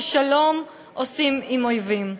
ששלום עושים עם אויבים.